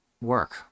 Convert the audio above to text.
work